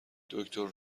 دکتر